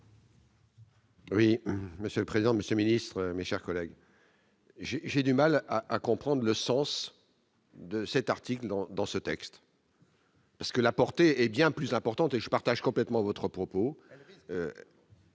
Oui, monsieur le président Monsieur ministre, mes chers collègues. J'ai du mal à comprendre le sens de cet article dans dans ce texte. Parce que la portée est bien plus importantes, et je partage complètement votre propos.